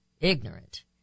Ignorant